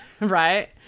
Right